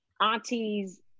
aunties